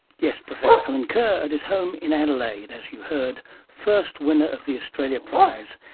yes, professor allen kerr at his home in adelaide. as you heard first winner of the australia prize,